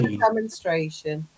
Demonstration